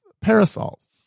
parasols